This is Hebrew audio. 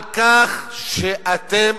הדומים לך על כך שאתם,